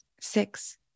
Six